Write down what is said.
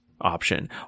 option